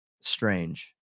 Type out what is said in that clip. strange